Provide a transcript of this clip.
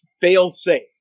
fail-safe